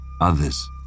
Others